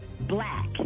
black